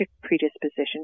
predisposition